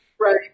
Right